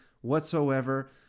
whatsoever